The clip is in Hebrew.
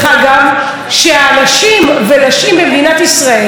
שאנשים ונשים במדינת ישראל מרוצים.